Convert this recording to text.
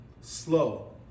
slow